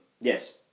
yes